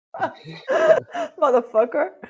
Motherfucker